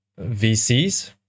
VCs